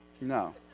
No